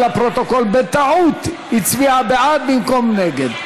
לפרוטוקול: בטעות הצביעה בעד במקום נגד.